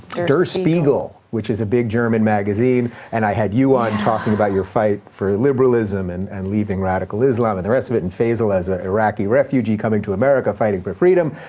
der spiegel, which is a big german magazine, and i had you on talking about your fight for liberalism, and and leaving radical islam and the rest of it, and faisal as a iraqi refugee coming to america, fighting for freedom,